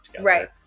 right